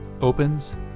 opens